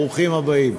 ברוכים הבאים.